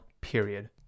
period